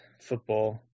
football